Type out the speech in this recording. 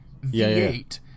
V8